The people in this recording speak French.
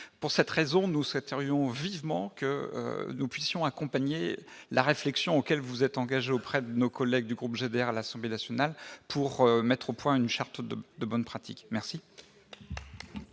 pour cette raison, nous souhaiterions vivement que nous puissions accompagner la réflexion auquel vous êtes engagé auprès de nos collègues du groupe GDR à l'Assemblée nationale pour mettre au point une charte de bonnes pratiques, merci.